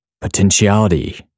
potentiality